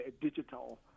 digital